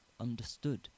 understood